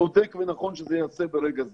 אלא צודק ונכון שזה ייעשה ברגע הזה.